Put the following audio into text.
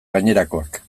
gainerakoak